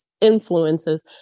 influences